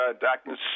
Darkness